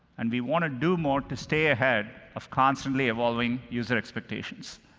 and we want to do more to stay ahead of constantly evolving user expectations.